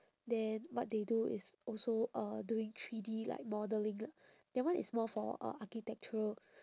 then what they do is also uh doing three D like modelling lah that one is more for uh architectural